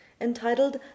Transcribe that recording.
entitled